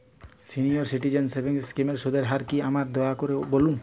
senior citizen savings স্কিমের সুদের হার কী আমাকে দয়া করে বলুন